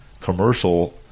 commercial